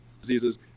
diseases